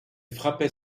frappait